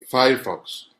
firefox